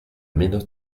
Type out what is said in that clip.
menos